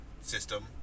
system